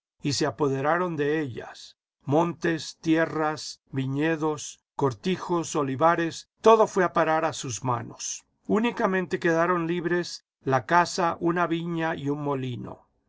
y se apoderaron de ellas montes tierras viñedos cortijos olivares todo fué a parar a sus manos únicamente quedaron libres la casa una viña y un molino